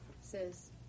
says